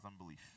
unbelief